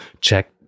check